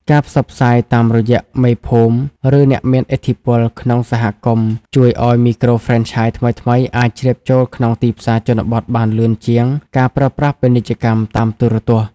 ការផ្សព្វផ្សាយតាមរយៈ "មេភូមិ ឬអ្នកមានឥទ្ធិពលក្នុងសហគមន៍" ជួយឱ្យមីក្រូហ្វ្រេនឆាយថ្មីៗអាចជ្រាបចូលក្នុងទីផ្សារជនបទបានលឿនជាងការប្រើប្រាស់ពាណិជ្ជកម្មតាមទូរទស្សន៍។